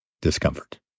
discomfort